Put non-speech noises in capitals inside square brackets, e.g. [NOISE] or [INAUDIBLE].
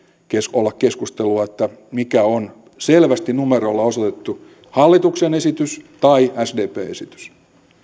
olla keskustelua mikä on selvästi numeroilla osoitettu hallituksen esitys tai sdpn esitys [UNINTELLIGIBLE]